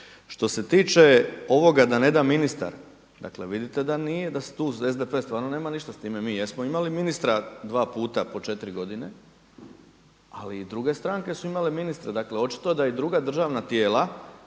Što se tiče ovoga da ne da ministar, dakle vidite da tu SDP stvarno nema ništa s time. Mi jesmo imali ministra dva puta po četiri godine, ali i druge stranke su imale ministre. Dakle očito je da i druga državna tijela